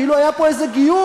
כאילו היה פה איזה גיוס,